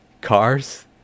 Cars